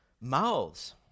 mouths